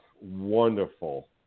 Wonderful